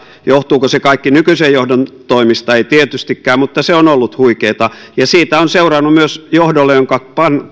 johtuuko se kaikki nykyisen johdon toimista ei tietystikään mutta se on ollut huikeaa ja siitä on seurannut myös johdolle jonka